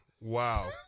Wow